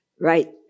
right